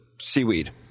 seaweed